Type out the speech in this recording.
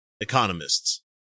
economists